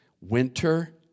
winter